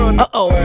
Uh-oh